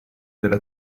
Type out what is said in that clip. delle